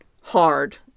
hard